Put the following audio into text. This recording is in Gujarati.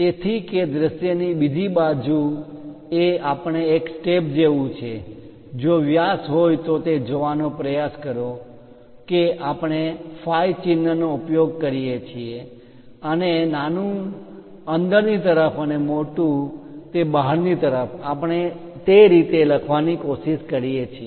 તેથી કે દૃશ્યની બીજી બાજુ એ આપણે એક સ્ટેપ જેવું છે જો વ્યાસ હોય તો તે જોવાનો પ્રયાસ કરો કે આપણે phi ચિન્હ નો ઉપયોગ કરીએ છીએ અને નાનું અંદરની તરફ અને સૌથી મોટું તે બહારની તરફ આપણે તે રીતે લખવાની કોશિશ કરીએ છીએ